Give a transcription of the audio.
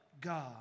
God